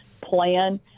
plan